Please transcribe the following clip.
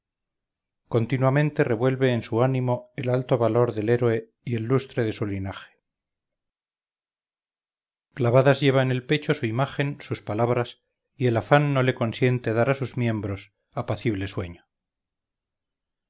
continuamente revuelva en su ánimo el alto valor del héroe y el lustre de su linaje clavadas lleva en el pecho su imagen sus palabras y el afán no le consiente dar a sus miembros apacible sueño